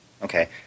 Okay